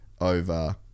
over